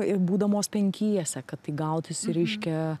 ir būdamos penkiese kad tai gautųsi reiškia